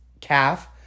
calf